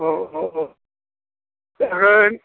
औ औ औ जागोन